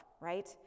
right